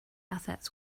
assets